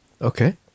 okay